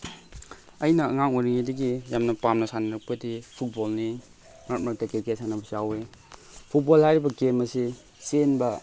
ꯑꯩꯅ ꯑꯉꯥꯡ ꯑꯣꯏꯔꯤꯉꯩꯗꯒꯤ ꯌꯥꯝꯅ ꯄꯥꯝꯅ ꯁꯥꯟꯅꯔꯛꯄꯗꯤ ꯐꯨꯠꯕꯣꯜꯅꯤ ꯃꯔꯛ ꯃꯔꯛꯇ ꯀ꯭ꯔꯤꯀꯦꯠ ꯁꯥꯟꯅꯕꯁꯨ ꯌꯥꯎꯏ ꯐꯨꯠꯕꯣꯜ ꯍꯥꯏꯔꯤꯕ ꯒꯦꯝ ꯑꯁꯤ ꯆꯦꯟꯕ